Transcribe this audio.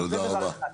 זה דבר אחד.